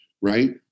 right